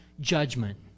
judgment